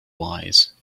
wise